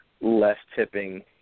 less-tipping